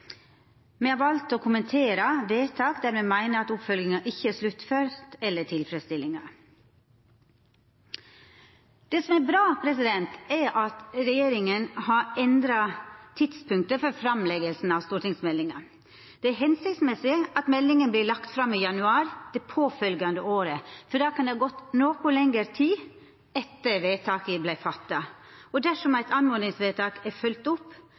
Me har valt å kommentera vedtak der me meiner at oppfølginga ikkje er sluttført eller tilfredsstillande. Det som er bra, er at regjeringa har endra tidspunktet for framlegginga av stortingsmeldinga. Det er hensiktsmessig at meldinga vert lagd fram i januar det påfølgjande året, for då kan det ha gått noko lengre tid etter at vedtaket vart fatta. Dersom eit oppmodingsvedtak er følgt opp